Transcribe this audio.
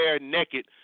naked